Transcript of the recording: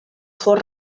fos